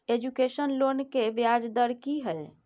Education loan के ब्याज दर की हय?